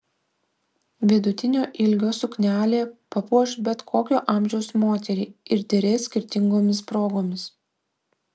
vidutinio ilgio suknelė papuoš bet kokio amžiaus moterį ir derės skirtingomis progomis